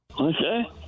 Okay